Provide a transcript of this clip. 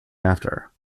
after